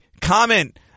comment